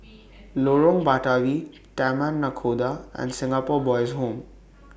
Lorong Batawi Taman Nakhoda and Singapore Boys' Home